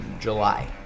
July